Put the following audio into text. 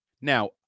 Now